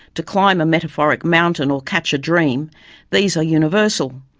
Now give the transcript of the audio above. to climb a metaphoric mountain or catch a dream these are universal.